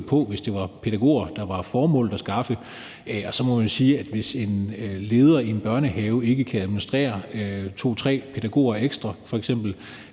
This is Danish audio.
på, hvis det var pædagoger, det var formålet at skaffe. Og så må man jo sige, at hvis en leder i en børnehave ikke kan administrere f.eks. to-tre pædagoger ekstra, bliver